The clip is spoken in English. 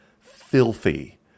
filthy